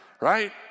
right